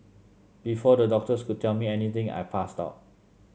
before the doctors could tell me anything I passed out